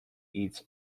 its